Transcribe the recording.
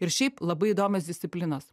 ir šiaip labai įdomios disciplinos